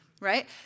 right